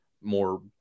more